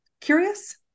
curious